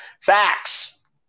Facts